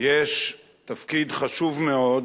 יש תפקיד חשוב מאוד